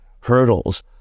hurdles